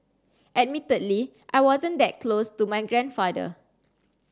admittedly I wasn't that close to my grandfather